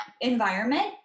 environment